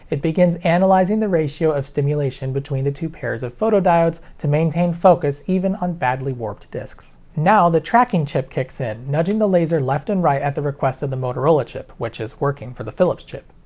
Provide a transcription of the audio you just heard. it begins analyzing the ratio of stimulation between the two pairs of photodiodes to maintain focus even on badly warped discs. now, the tracking chip kicks in, nudging the laser left and right at the request of the motorola chip, which is working for the philips chip.